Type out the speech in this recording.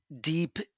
Deep